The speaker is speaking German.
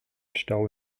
stau